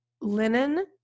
linen